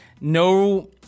no